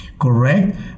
correct